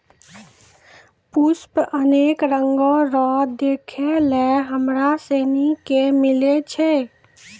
पुष्प अनेक रंगो रो देखै लै हमरा सनी के मिलै छै